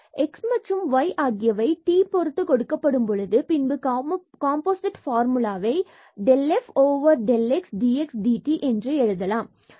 x மற்றும் y ஆகியவை t பொருத்து கொடுக்கப்படும் பொழுது பின்பு காம்போசிட் ஃபார்முலாவை del f del x dx dt என்று எழுதலாம்